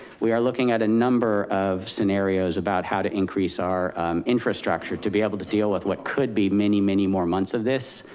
we are looking at a number of scenarios about how to increase our infrastructure, to be able to deal with what could be many, many more months of this,